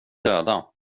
döda